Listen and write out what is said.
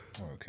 Okay